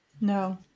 No